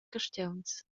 carstgauns